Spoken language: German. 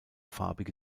farbige